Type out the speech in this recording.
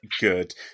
good